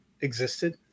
existed